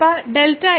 ഇപ്പോൾ Δx0